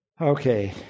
okay